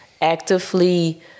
actively